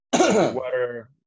Water